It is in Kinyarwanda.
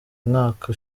umwaka